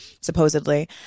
supposedly